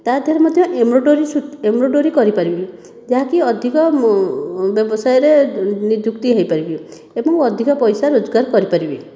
ତା'ଦେହରେ ମଧ୍ୟ ଏମ୍ରୋଡ଼ୋରୀ କରିପାରିବି ଯାହାକି ଅଧିକ ବ୍ୟବସାୟରେ ନିଯୁକ୍ତି ହୋଇପାରିବି ଏବଂ ଅଧିକ ପଇସା ରୋଜଗାର କରିପାରିବି